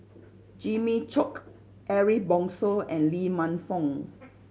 Jimmy Chok Ariff Bongso and Lee Man Fong